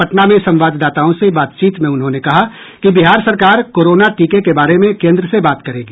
पटना में संवाददाताओं से बातचीत में उन्होंने कहा कि बिहार सरकार कोरोना टीके के बारे में केंद्र से बात करेगी